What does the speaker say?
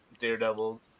Daredevil –